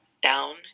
down